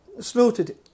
slaughtered